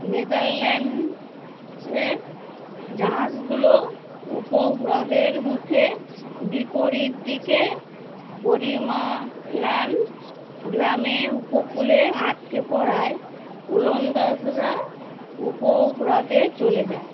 নেদারল্যান্ডসের জাঁহাজগুলো উপহ্রদের মুখে বিপরীত দিকে করিমালান গ্রামের উপকূলে আঁটকে পড়ায় ওলন্দাজরা উপহ্রদে চলে যায়